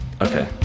Okay